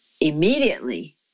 immediately